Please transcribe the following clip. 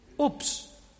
Oops